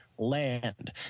land